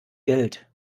geld